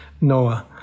Noah